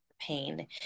pain